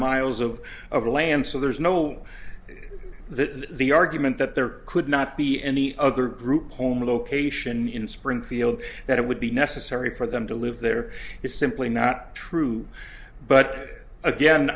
miles of of land so there's no that the argument that there could not be any other group home or location in springfield that it would be necessary for them to live there is simply not true but again